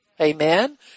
Amen